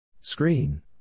Screen